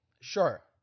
Sure